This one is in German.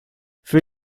für